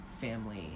family